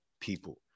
people